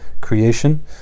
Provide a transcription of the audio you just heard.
creation